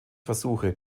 versuche